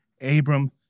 Abram